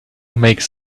makes